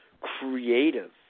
creative